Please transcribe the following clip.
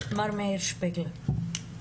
מר מאיר שפיגלר, בבקשה.